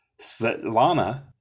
Svetlana